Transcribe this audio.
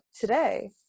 today